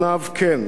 כן לשירות,